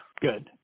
Good